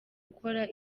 ukora